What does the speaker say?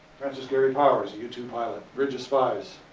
francis gary powers a u two pilot bridge of spies.